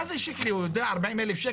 מה זה שיקלי, הוא יודע, 40,000?